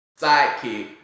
sidekick